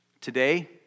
Today